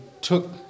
took